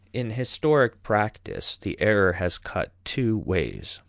in historic practice the error has cut two ways.